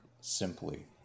simply